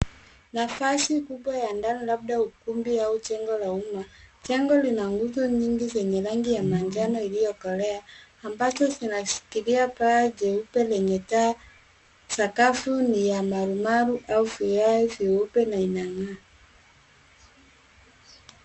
Nafasi kubwa ya ndani labda ukumbi au jengo la umma. Jengo lina nguzo nyingi zenye rangi ya manjano iliyokolea ambazo zinashikikilia paa jeupe lenye taa. Sakafu ni ya marumaru au vigae vyeupe na inang'aa.